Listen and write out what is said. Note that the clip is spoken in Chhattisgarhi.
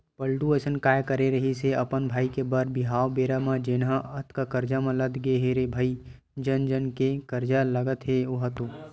पलटू अइसन काय करे रिहिस हे अपन भाई के बर बिहाव बेरा म जेनहा अतका करजा म लद गे हे रे भई जन जन के करजा लगत हे ओहा तो